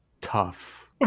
tough